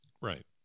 Right